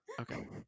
okay